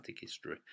history